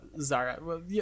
Zara